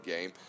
game